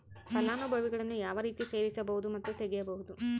ಫಲಾನುಭವಿಗಳನ್ನು ಯಾವ ರೇತಿ ಸೇರಿಸಬಹುದು ಮತ್ತು ತೆಗೆಯಬಹುದು?